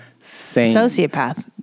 Sociopath